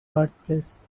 birthplace